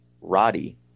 Roddy